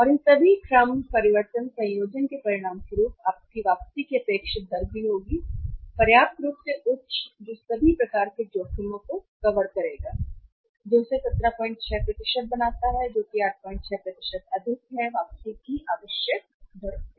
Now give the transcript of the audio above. और इन सभी क्रम परिवर्तन संयोजन के परिणामस्वरूप आपकी वापसी की अपेक्षित दर भी होगी पर्याप्त रूप से उच्च जो सभी प्रकार के जोखिमों को कवर करेगा जो इसे 176 बनाता है जो कि 86 अधिक है वापसी की आवश्यक दर से